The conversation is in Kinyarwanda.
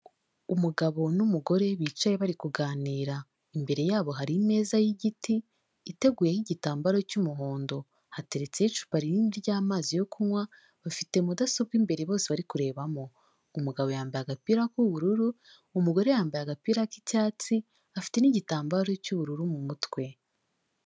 Umugabo n'umugore bicaye bari kuganira, imbere yabo hari ameza y'igiti iteguyeho igitambaro cy'umuhondo, hateretseho icupa rindi ry'amaziyo kunywa, bafite mudasobwa; imbere bose bari kurebamo. Umugabo yambaye agapira k'ubururu, umugore yambaye agapira k'icyatsi, afite n'igitambaro cy'ubururu mu mutwe.